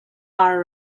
are